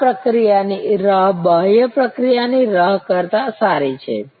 આ પ્રક્રિયાની રાહ બાહ્ય પ્રક્રિયાની રાહ કરતાં સારી છે